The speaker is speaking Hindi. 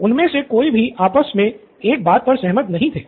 उनमें से कोई भी आपस में एक बात पर सहमत नहीं थे